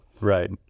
Right